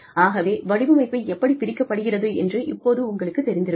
ஆகவே வடிவமைப்பு எப்படி பிரிக்கப்படுகிறது என்று இப்போது உங்களுக்குத் தெரிந்திருக்கும்